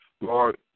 Lord